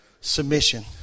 submission